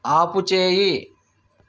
ఆపుచేయి